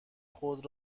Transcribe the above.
خود